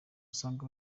usanga